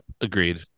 agreed